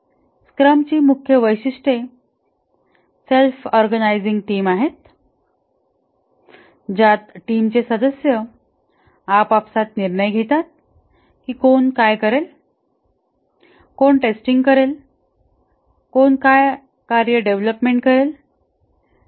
स्क्रमची मुख्य वैशिष्ट्ये self organising team आहेत ज्यात टीमचे सदस्य आपापसात निर्णय घेतात की कोण काय करेल कोण टेस्टिंग करेल कोण काय कार्य डेव्हलपमेंट करेल